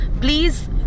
please